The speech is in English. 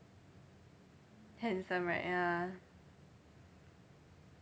handsome right ya